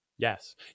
yes